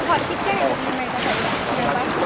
हय कितक्यांक येता तुमी मेळटा फाल्यां मेळपाक